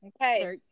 Okay